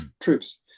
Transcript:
troops